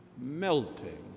melting